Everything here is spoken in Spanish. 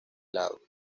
lado